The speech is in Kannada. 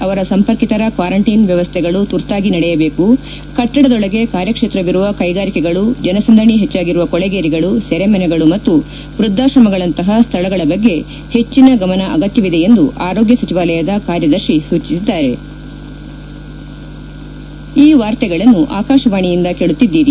ಅವರ ಸಂಪರ್ಕಿತರ ಕ್ವಾರಂಟೈನ್ ವ್ಯವಸ್ಥೆಗಳು ತುರ್ತಾಗಿ ನಡೆಯಬೇಕು ಕಟ್ಟಡದೊಳಗೆ ಕಾರ್ಯಕ್ಷೇತ್ರವಿರುವ ಕ್ಷೆಗಾರಿಕೆಗಳು ಜನಸಂದಣಿ ಹೆಚ್ಚಾಗಿರುವ ಕೊಳೆಗೇರಿಗಳು ಸೆರೆಮನೆಗಳು ಮತ್ತು ವ್ಯದ್ಯಾಶ್ರಮಗಳಂತಹ ಸ್ನಳಗಳ ಬಗ್ಗೆ ಹೆಚ್ಚಿನ ಗಮನ ಅಗತ್ನವಿದೆ ಎಂದು ಆರೋಗ್ನ ಸಚಿವಾಲಯದ ಕಾರ್ಯದರ್ತಿ ಸೂಚಿಸಿದ್ಗಾರೆ